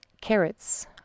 carrots